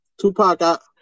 Tupac